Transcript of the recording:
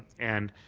and